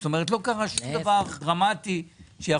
זאת אומרת לא קרה שום דבר דרמטי שיכול